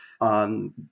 On